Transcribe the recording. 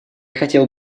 хотел